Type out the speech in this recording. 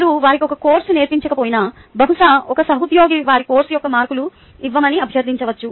మీరు వారికి ఒక కోర్సు నేర్పించకపోయినా బహుశా ఒక సహోద్యోగి వారి కోర్సు యొక్క మార్కులు ఇవ్వమని అభ్యర్థించవచ్చు